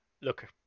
Look